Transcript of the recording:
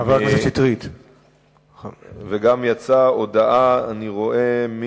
אני רואה,